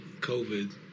covid